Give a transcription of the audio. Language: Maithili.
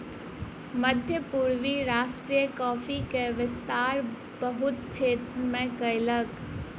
मध्य पूर्वी राष्ट्र कॉफ़ी के विस्तार बहुत क्षेत्र में कयलक